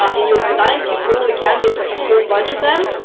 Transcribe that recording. in your designs, you totally can there's like a whole bunch of them.